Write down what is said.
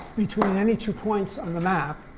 between any two points on the map,